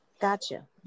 Gotcha